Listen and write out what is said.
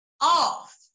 off